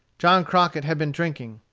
john crockett had been drinking.